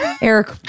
Eric